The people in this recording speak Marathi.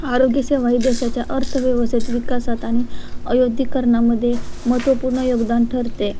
आरोग्यसेवा ही देशाच्या अर्थव्यवस्थेत विकासात आणि औद्योगिकीकरणामध्ये महत्त्वपूर्ण योगदान ठरते